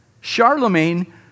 Charlemagne